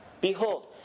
Behold